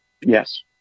Yes